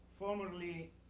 Formerly